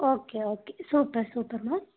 okay okay super சூப்பர்ம்மா